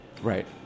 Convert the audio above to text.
right